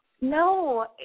No